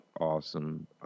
awesome